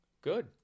good